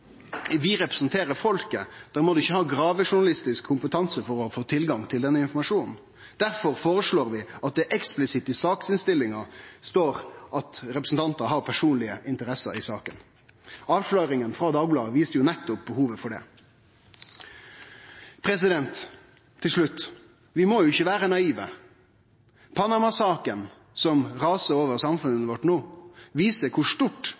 representerer folket. Da må ein ikkje ha gravejournalistisk kompetanse for å få tilgang til denne informasjonen. Difor føreslår vi at det eksplisitt i saksinnstillinga står at representantar har personlege interesser i saka. Avsløringa frå Dagbladet viste nettopp behovet for det. Til slutt: Vi må ikkje vere naive. Panama-saka, som rasar over samfunnet vårt no, viser kor stort